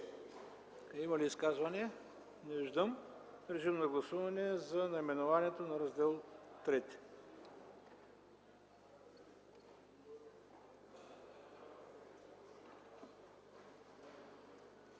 Има ли изказвания? Не виждам. Режим на гласуване за наименованието на Раздел